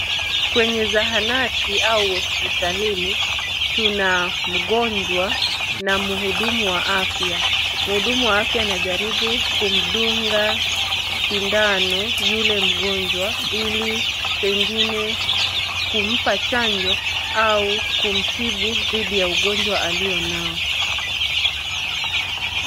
Kwenye zahanati au hospitalini, tuna mgonjwa na mhudumu wa afya. Mhudumu wa afya anajaribu kumdunga sindano yule mgonjwa ili pengine kumpa chanjo au kumtibu dhidi ya ugonjwa alio nao.